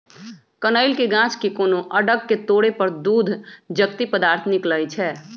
कनइल के गाछ के कोनो अङग के तोरे पर दूध जकति पदार्थ निकलइ छै